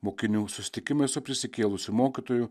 mokinių susitikimai su prisikėlusiu mokytoju